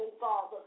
Father